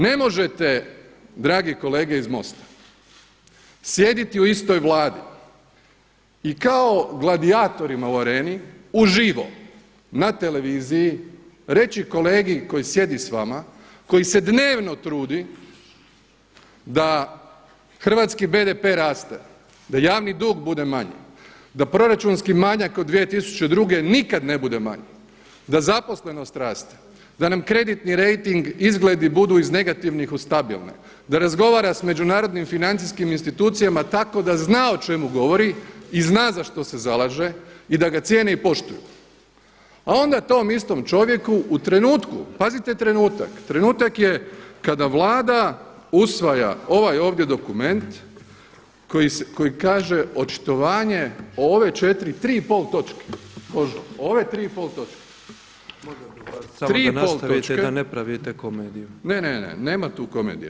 Ne možete dragi kolege iz MOST-a sjediti u istoj Vladi i kao gladijatorima u areni uživo na televiziji reći kolegi koji sjedi s vama koji se dnevno trudi da hrvatski BDP raste, da javni dug bude manji, da proračunski manjak od 2002. nikad ne bude manji, da zaposlenost raste, da nam kreditni rejting, izgledi budu iz negativnih u stabilne da razgovara sa međunarodnim financijskim institucijama tako da zna o čemu govori i zna za što se zalaže i da cijene i poštuju, a onda tom istom čovjeku u trenutku, pazite trenutak, trenutak je kada Vlada usvaja ovaj ovdje dokument koji se kaže očitovanje o ove četiri, tri i pol točke, … o ove tri i pol točke [[Upadica Petrov: Samo da nastavite i da ne pravite komediju.]] Ne, ne, ne nema tu komedije.